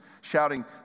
shouting